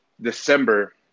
December